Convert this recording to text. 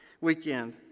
weekend